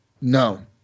no